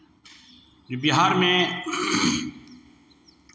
बिहार में